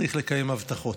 צריך לקיים הבטחות.